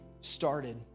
started